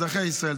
אזרחי ישראל.